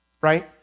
Right